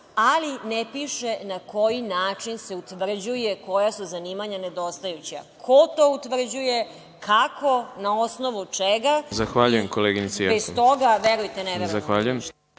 ali ne piše na koji način se utvrđuje koja su zanimanja nedostajuća, ko to utvrđuje, kako, na osnovu čega. Bez toga ne verujemo